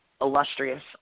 illustrious